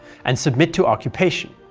and submit to occupation.